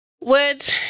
words